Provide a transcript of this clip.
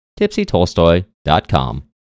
tipsytolstoy.com